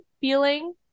feeling